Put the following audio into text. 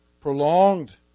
prolonged